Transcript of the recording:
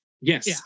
Yes